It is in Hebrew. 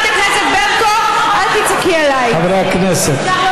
תמשיכי להשמיץ ולא